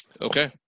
Okay